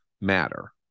matter